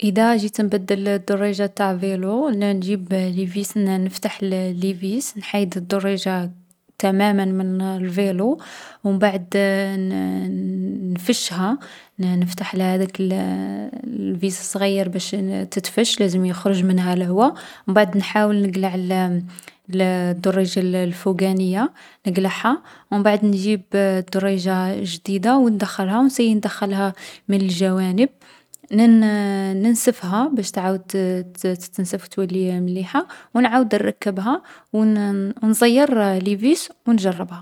إذا جيت نبدّل الدرّيجة نتاع الفيلو، نـ نجيب ليفيس نفتح الـ ليفيس نحايد الدريجة تماما من الفيلو و مبعد نـ نـفشها. نفتح هاذاك الـ الفيس الصغير باش نـ تتفش لازم يخرج منها لهوا. مبعد نحاول نقلع الـ الـ الدريجة الـ الفوقانية، نقلعها. و مبعد نجيب الدريجة الجديدة و ندخلها و نسيي ندخلها من الجوانب. نـ نـ ننسفها باش تعاود تـ تـ تتنسف و تولي مليحة و نعاود نركبها. و نـ نزيّر ليفيس و نجرّبها.